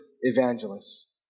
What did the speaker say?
evangelists